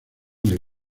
del